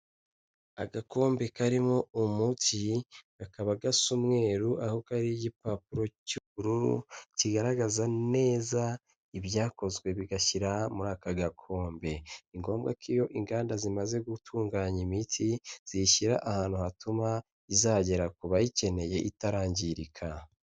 Agakombe karimo umuti, kakaba gasa umweru aho kariho igipapuro cy'ubururu, kigaragaza neza ibyakozwe bigashyira muri aka gakombe. Ni ngombwa ko iyo inganda zimaze gutunganya imiti, ziyishyira ahantu hatuma izagera ku bayikeneye itarangirika.